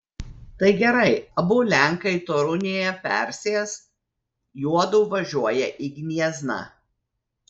tai gerai abu lenkai torunėje persės juodu važiuoja į gniezną